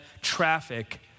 traffic